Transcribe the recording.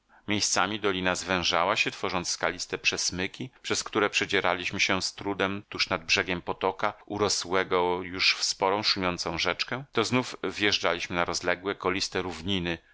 miejscami dolina zwężała się tworząc skaliste przesmyki przez które przedzieraliśmy się z trudem tuż nad brzegiem potoka urosłego już w sporą szumiącą rzeczkę to znowu wjeżdżaliśmy na rozległe koliste równiny